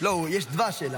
יש אליו דבש.